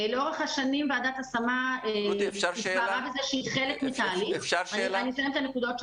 לאורך השנים ועדת השמה התפארה בזה שהיא חלק מתהליך -- יש לי